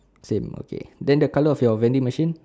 same okay then the colour of your vending machine